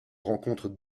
rencontre